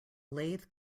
lathe